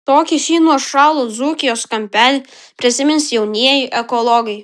tokį šį nuošalų dzūkijos kampelį prisimins jaunieji ekologai